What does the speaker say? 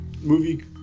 movie